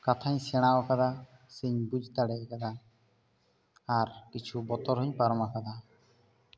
ᱠᱟᱛᱷᱟᱧ ᱥᱮᱬᱟᱣ ᱠᱟᱫᱟ ᱥᱮᱧ ᱵᱩᱡᱽ ᱫᱟᱲᱮ ᱟᱠᱟᱫᱟ ᱟᱨ ᱠᱤᱪᱷᱩ ᱵᱚᱛᱚᱨ ᱦᱚᱧ ᱯᱟᱨᱚᱢ ᱟᱠᱟᱫᱟ